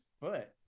foot